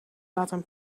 laten